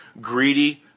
greedy